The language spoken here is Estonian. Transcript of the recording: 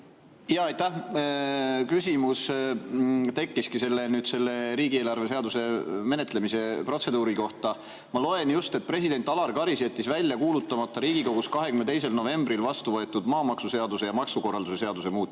Aitäh! Küsimus tekkiski selle riigieelarve seaduse menetlemise protseduuri kohta. Ma loen, et president Alar Karis jättis välja kuulutamata Riigikogus 22. novembril vastu võetud maamaksuseaduse ja maksukorralduse seaduse muutmise